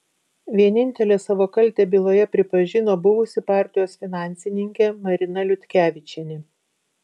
vienintelė savo kaltę byloje pripažino buvusi partijos finansininkė marina liutkevičienė